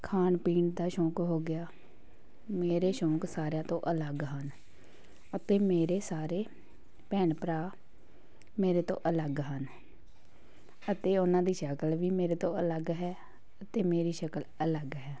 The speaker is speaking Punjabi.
ਖਾਣ ਪੀਣ ਦਾ ਸ਼ੌਂਕ ਹੋ ਗਿਆ ਮੇਰੇ ਸ਼ੌਂਕ ਸਾਰਿਆਂ ਤੋਂ ਅਲੱਗ ਹਨ ਅਤੇ ਮੇਰੇ ਸਾਰੇ ਭੈਣ ਭਰਾ ਮੇਰੇ ਤੋਂ ਅਲੱਗ ਹਨ ਅਤੇ ਉਹਨਾਂ ਦੀ ਸ਼ਕਲ ਵੀ ਮੇਰੇ ਤੋਂ ਅਲੱਗ ਹੈ ਅਤੇ ਮੇਰੀ ਸ਼ਕਲ ਅਲੱਗ ਹੈ